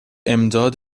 امداد